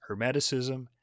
hermeticism